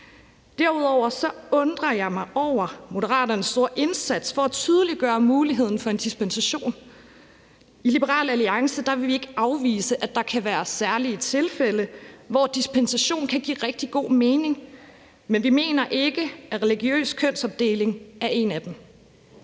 Derudover undrer jeg mig over Moderaternes store indsats for at tydeliggøre muligheden for en dispensation. I Liberal Alliance vil vi ikke afvise, at der kan være særlige tilfælde, hvor dispensation kan give rigtig god mening. Men vi mener ikke, at religiøs kønsopdeling er en af dem.